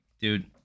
Dude